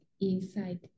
inside